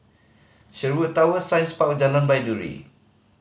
Sherwood Towers Science Park Jalan Baiduri